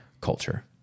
culture